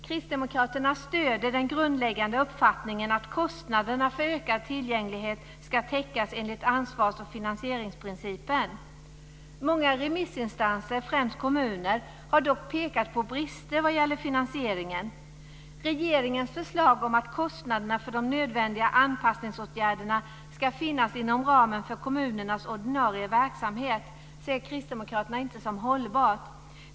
Kristdemokraterna stöder den grundläggande uppfattningen att kostnaderna för ökad tillgänglighet ska täckas enligt ansvars och finansieringsprincipen. Många remissinstanser, främst kommuner, har dock pekat på brister vad gäller finansieringen. Regeringens förslag om att kostnaderna för de nödvändiga anpassningsåtgärderna ska finnas inom ramen för kommunernas ordinarie verksamhet ser inte Kristdemokraterna som hållbart.